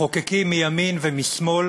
מחוקקים מימין ומשמאל